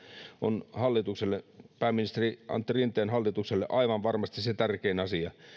on pääministeri antti rinteen hallitukselle aivan varmasti se tärkein asia